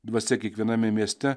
dvasia kiekviename mieste